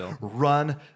run